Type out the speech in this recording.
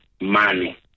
money